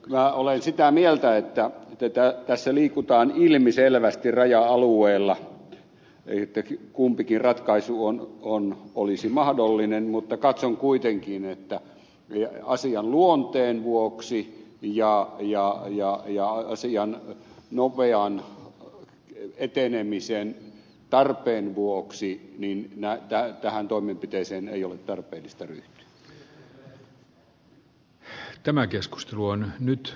minä olen sitä mieltä että tässä liikutaan ilmiselvästi raja alueella ja kumpikin ratkaisu olisi mahdollinen mutta katson kuitenkin että asian luonteen vuoksi ja asian nopean etenemisen tarpeen vuoksi tähän toimenpiteeseen ei ole tarpeellista ryhtyä